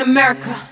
America